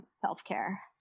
self-care